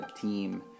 team